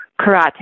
karate